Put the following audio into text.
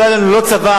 לא היה לנו לא צבא,